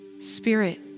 spirit